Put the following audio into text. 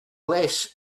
less